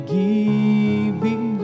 giving